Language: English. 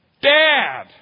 Dad